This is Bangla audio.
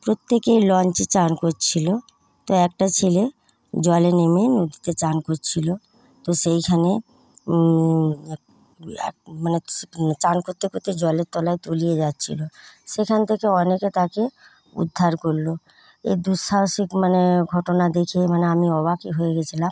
প্রত্যেকে লঞ্চে চান করছিলো তো একটা ছেলে জলে নেমে নদীতে চান করছিলো তো সেইখানে এক এক মানে সে চান করতে করতে জলের তলায় তলিয়ে যাচ্ছিলো সেখান থেকে অনেকে তাকে উদ্ধার করলো এই দুঃসাহসিক মানে ঘটনা দেখে মানে আমি অবাকই হয়ে গেছিলাম